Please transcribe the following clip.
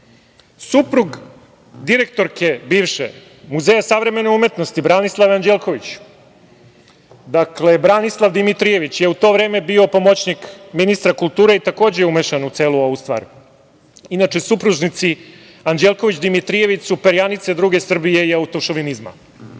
bivše direktorke Muzeja savremene umetnosti Branislave Anđelković, dakle Branislav Dimitrijević je u to vreme bio pomoćnik ministra kulture i takođe je umešan u celu ovu stvar. Inače, supružnici Anđelković-Dimitrijević su perjanice druge Srbije i autošofinizma.E